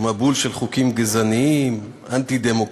מבול של חוקים גזעניים אנטי-דמוקרטיים,